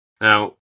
Now